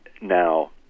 Now